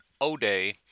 O'Day